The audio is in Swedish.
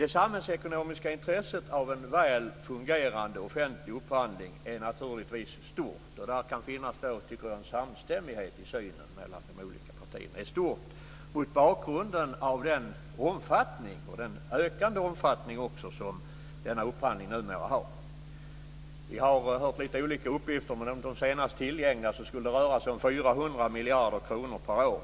Det samhällsekonomiska intresset av en väl fungerande offentlig upphandling är naturligtvis betydande, och det kan i stort finnas en samstämmighet i synen mellan de olika partierna mot bakgrunden av den ökande omfattning som denna upphandling numera har. Vi har fått olika uppgifter, men enligt de senast tillgängliga skulle upphandlingsvolymen uppgå till ca 400 miljarder kronor per år.